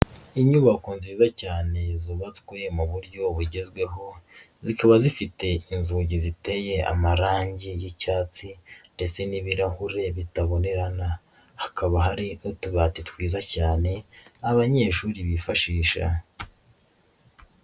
Inyubako nziza cyane zubatswe mu buryo bugezweho, zikaba zifite inzugi ziteye amarangi y'icyatsi ndetse n'ibirahure bitabonerana, hakaba hari n'utubati twiza cyane abanyeshuri bifashisha.